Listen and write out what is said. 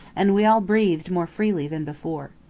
and we all breathed more freely than before.